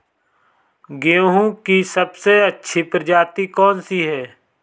गेहूँ की सबसे अच्छी प्रजाति कौन सी है?